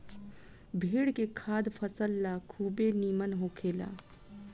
भेड़ के खाद फसल ला खुबे निमन होखेला